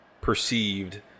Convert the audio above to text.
perceived